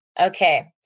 Okay